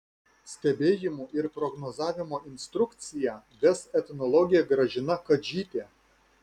stebėjimų ir prognozavimo instrukciją ves etnologė gražina kadžytė